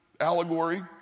allegory